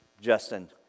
Justin